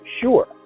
Sure